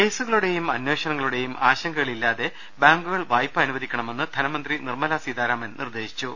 കേസുകളുടെയും അന്വേഷണങ്ങളുടെയും ആശങ്കയില്ലാതെ ബാങ്കു കൾ വായ്പ അനുവദിക്കണമെന്ന് ധനമന്ത്രി നിർമല സീതാരാമൻ നിർദ്ദേ ശിച്ചു